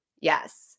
Yes